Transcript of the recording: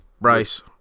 Bryce